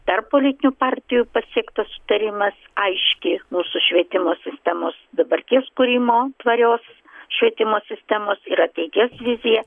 tarp politinių partijų pasiektas sutarimas aiški mūsų švietimo sistemos dabarties kūrimo tvarios švietimo sistemos ir ateities vizija